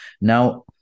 Now